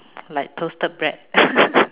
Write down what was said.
like toasted bread